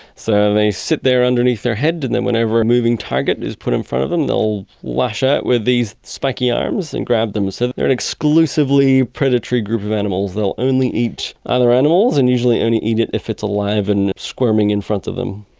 so they sit there underneath their head and whenever a moving target is put in front of them they will lash out with these spiky arms and grab them. so they are an exclusively predatory group of animals, that will only eat other animals and usually only eat it if it's alive and squirming in front of them.